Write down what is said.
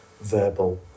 verbal